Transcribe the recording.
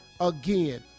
Again